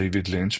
דייוויד לינץ',